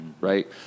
Right